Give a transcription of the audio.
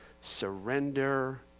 surrender